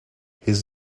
his